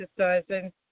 exercising